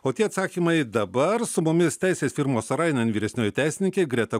o tie atsakymai dabar su mumis teisės firmos arainen vyresnioji teisininkė greta